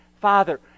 father